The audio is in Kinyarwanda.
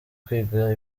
kwiga